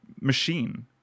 machine